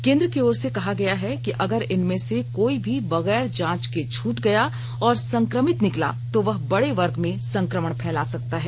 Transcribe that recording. केन्द्र की ओर से कहा गया है कि अगर इनमें से कोई भी बगैर जांच के छूट गया और संक्रमित निकला तो वह बड़े वर्ग में संक्रमण फैला सकता है